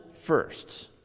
first